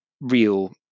real